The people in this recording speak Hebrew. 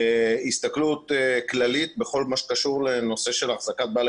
כהסתכלות כללית בכל מה שקשור לנושא של החזקת בעלי